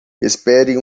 espere